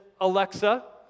Alexa